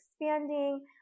expanding